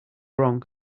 wrong